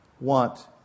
want